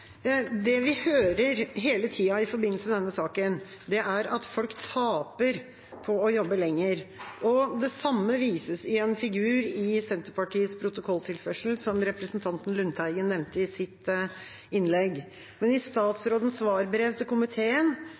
Det vi hele tida hører i forbindelse med denne saken, er at folk taper på å jobbe lenger, og det samme vises i en figur i Senterpartiets protokolltilførsel, som representanten Lundteigen nevnte i sitt innlegg. Men i statsrådens svarbrev til komiteen